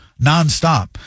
nonstop